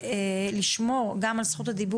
סליחה חבר הכנסת, עם כל הכבוד לך.